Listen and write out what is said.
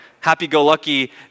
happy-go-lucky